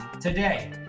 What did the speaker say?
today